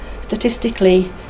statistically